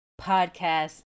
podcast